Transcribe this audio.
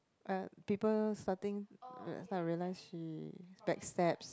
oh ya people starting start to realize she backstabs